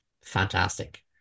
fantastic